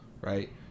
right